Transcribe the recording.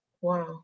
Wow